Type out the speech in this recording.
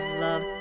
love